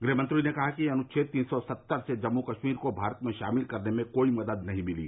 गृहमंत्री ने कहा कि अनुच्छेद तीन सौ सत्तर से जम्मू कश्मीर को भारत में शामिल करने में कोई मदद नहीं मिली